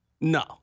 No